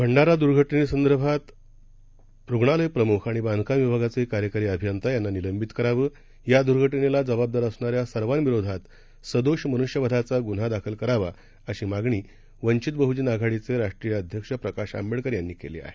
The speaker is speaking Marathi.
भंडारा दुर्घ नेसंदर्भात रुग्णालय प्रमुख आणि बांधकाम विभागाचे कार्यकारी अभियंता यांना निलंबित करावं या दर्घ नेला जबाबदार असणाऱ्या सर्वविरोधात सदोष मन्ष्य वधाचा गुन्हा दाखल करावा अशी मागणी वंचित बहूजन आघाडीचे राष्ट्रीय अध्यक्ष प्रकाश आंबेडकर यांनी केली आहे